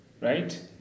right